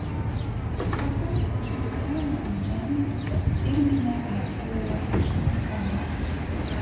paskui aš nusileidau ant žemės ir minia aiktelėjo iš nuostabos